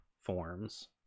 forms